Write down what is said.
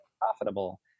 profitable